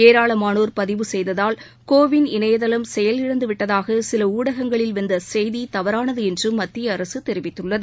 ஏராளமானோர் பதிவு செய்ததால் கோ வின் இணையதளம் செயலிழந்துவிட்டதாகசிலஊடகங்களில் வந்தசெய்திதவறானதுஎன்றம் மத்தியதெரிவித்துள்ளது